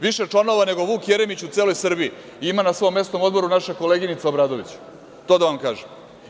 Više članova nego Vuk Jeremić u celoj Srbiji ima u svom mesnom odboru naša koleginica Obradović, to da vam kažem.